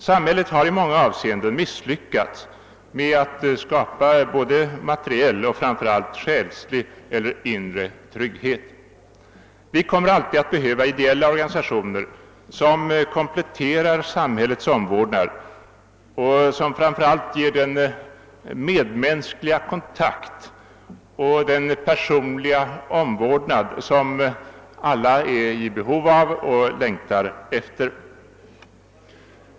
Samhället har i många avseenden misslyckats med att skapa både materiell och, framför allt, själslig eller inre trygghet. Vi kommer alltid att behöva ideella organisationer, som kompletterar samhällets omvårdnad och framför allt ger den medmänskliga kontakt och den personliga omvårdnad som alla är i behov av och längtar efter.